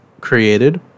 created